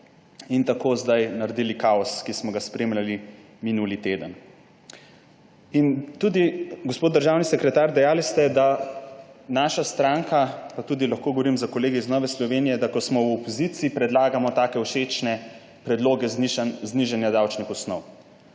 in tako zdaj naredili kaos, ki smo ga spremljali minuli teden. Gospod državni sekretar, dejali ste tudi, da naša stranka, pa lahko govorim tudi za kolege iz Nove Slovenije, ko smo v opoziciji, predlaga take všečne predloge znižanja davčnih osnov.